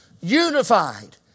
Unified